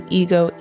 ego